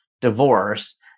divorce